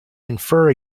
infer